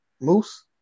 Moose